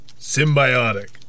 Symbiotic